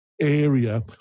area